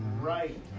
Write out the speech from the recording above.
Right